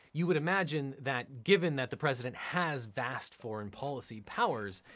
you would imagine that given that the president has vast foreign policy powers,